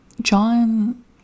John